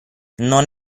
non